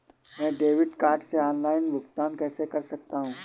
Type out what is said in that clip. मैं debit card से online भुगतान कैसे कर सकता हूँ?